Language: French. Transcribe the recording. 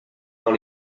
dans